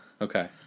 Okay